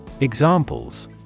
Examples